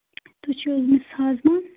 تُہۍ چھِ حظ مِس حاضِما